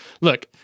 look